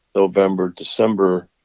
november, december,